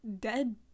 dead